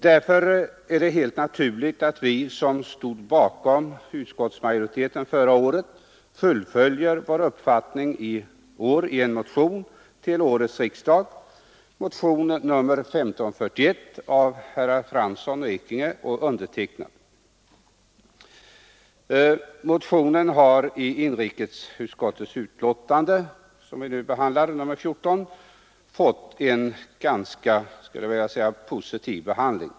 Därför är det helt naturligt att vi som förra året stod bakom utskottsmajoriteten i år fullföljer vår uppfattning i motion till årets riksdag, nämligen motionen 1541 av herrar Fransson, Ekinge och mig. Denna motion har i inrikesutskottets betänkande nr 14 fått en ganska positiv behandling.